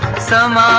some